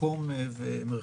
מקום ומרחב.